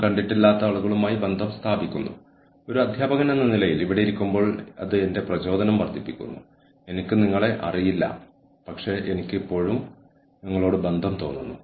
strategic human resource management എന്നത് ഒരു പ്രവർത്തനമാണ് എത്ര നന്നായി നമ്മൾ ബാങ്കിംഗ് നടത്തുന്നു എത്ര നന്നായി നമ്മൾ ഓർഗനൈസേഷന് പ്രയോജനകരമായ പെരുമാറ്റങ്ങൾ ഉപയോഗിക്കുന്നു എത്ര നന്നായി നമ്മൾ ആ സ്വഭാവങ്ങൾ പുറത്തുകൊണ്ടുവരുന്നു അത് എത്ര നന്നായി എടുത്തുകളയുന്നു